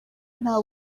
nta